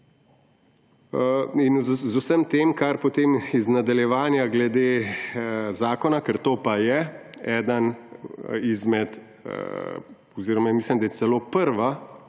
z vsem tem, kar potem iz nadaljevanja glede zakona, ker to pa je eden izmed oziroma mislim, da je celo prvi